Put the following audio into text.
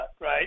right